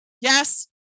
Yes